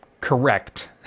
correct